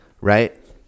Right